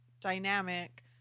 dynamic